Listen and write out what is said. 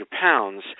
pounds